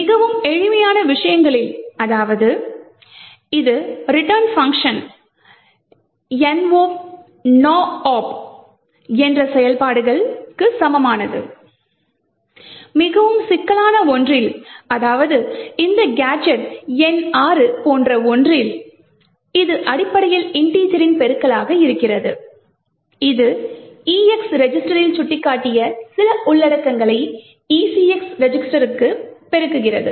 மிகவும் எளிமையான விஷயங்களில் அதாவது இது return பங்க்ஷன் no op போன்ற செயல்பாடுக்கு சமமானதாகும் மிகவும் சிக்கலான ஒன்றில் அதாவது இந்த கேஜெட் எண் 6 போன்ற ஒன்றில் இது அடிப்படையில் இன்டிஜேரின் பெருக்கலாக இருக்கிறது இது EX ரெஜிஸ்டரில் சுட்டிக்காட்டிய சில உள்ளடக்கங்களை ECX ரெஜிஸ்டருடன் பெருக்குகிறது